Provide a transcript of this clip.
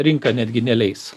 rinka netgi neleis